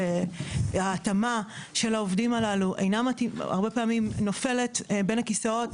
וההתאמה הזאת הרבה פעמים נופלת בין הכיסאות,